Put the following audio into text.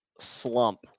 slump